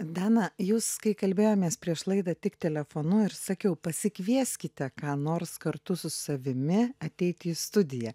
dana jūs kai kalbėjomės prieš laidą tik telefonu ir sakiau pasikvieskite ką nors kartu su savimi ateiti į studiją